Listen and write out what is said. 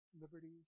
liberties